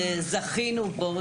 זכינו בו,